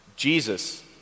Jesus